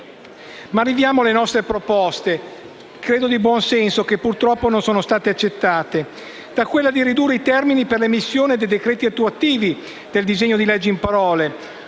Arriviamo alle nostre proposte, credo di buon senso, che purtroppo non sono state accettate, come quella di ridurre i termini per l'emissione dei decreti attuativi del disegno di legge in parole.